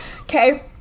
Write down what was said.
okay